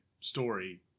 story